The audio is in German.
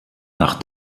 nach